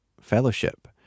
fellowship